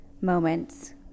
moments